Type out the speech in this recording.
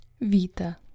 Vita